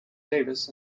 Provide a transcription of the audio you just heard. davis